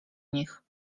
nich